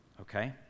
Okay